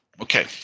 Okay